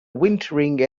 wintering